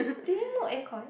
they didn't know aircon